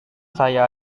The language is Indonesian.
saya